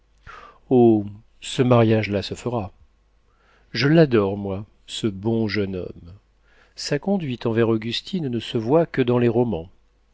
ce mariage là se fera je l'adore moi ce bon jeune homme sa conduite envers augustine ne se voit que dans les romans